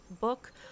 book